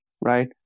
right